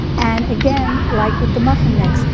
and again, like with the muffin mix,